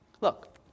Look